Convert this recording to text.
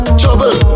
trouble